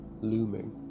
looming